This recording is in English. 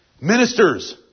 Ministers